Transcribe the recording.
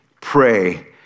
pray